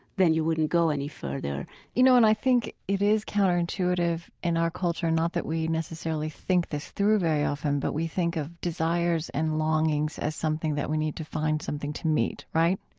then you wouldn't go any further you know, and i think it is counterintuitive in our culture not that we necessarily think this through very often, but we think of desires and longings as something that we need to find something to meet, right?